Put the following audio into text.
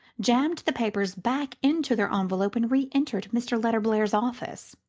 jammed the papers back into their envelope, and reentered mr. letterblair's office.